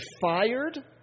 fired